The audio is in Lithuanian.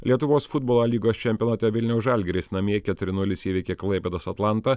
lietuvos futbolo lygos čempionate vilniaus žalgiris namie keturi nulis įveikė klaipėdos atlantą